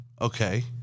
Okay